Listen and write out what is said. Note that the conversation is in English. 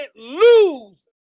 lose